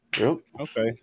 Okay